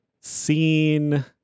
seen